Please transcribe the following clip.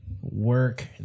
work